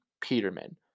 Peterman